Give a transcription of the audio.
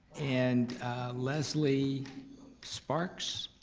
and leslie sparks?